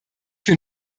bin